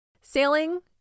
Sailing